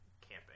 camping